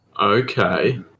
Okay